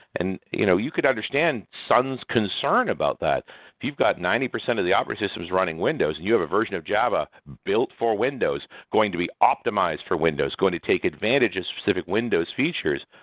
and you know you could understand sun's concern about that. if you've got ninety percent of the operating systems running windows and you have a version of java built for windows going to optimized for windows, going to take advantage of specific windows' features,